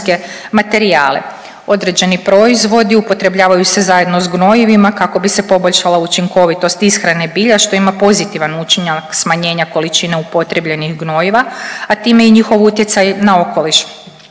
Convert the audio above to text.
Određeni proizvodi upotrebljavaju se zajedno sa gnojivima kako bi se poboljšala učinkovitost ishrane bilja što ima pozitivan učinak smanjenja količine upotrijebljenih gnojiva, a time i njihov utjecaj na okoliš.